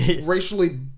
racially